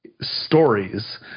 stories